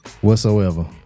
whatsoever